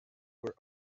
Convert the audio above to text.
were